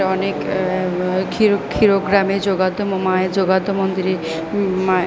অনেক খেও খেও গ্রামে মায়ের মন্দিরে মা